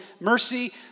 mercy